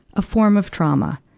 a form of trauma.